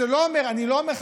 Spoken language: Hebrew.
אני לא אומר,